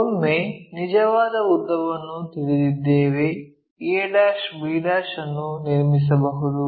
ಒಮ್ಮೆ ನಿಜವಾದ ಉದ್ದವನ್ನು ತಿಳಿದಿದ್ದೇವೆ a' b' ಅನ್ನು ನಿರ್ಮಿಸಬಹುದು